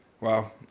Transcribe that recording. Wow